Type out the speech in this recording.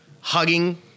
hugging